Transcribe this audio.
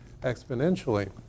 exponentially